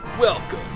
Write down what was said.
Welcome